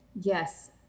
Yes